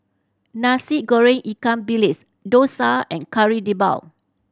Nasi Goreng ikan bilis dosa and Kari Debal